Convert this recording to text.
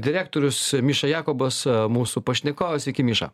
direktorius miša jakobas mūsų pašnekovas sveiki miša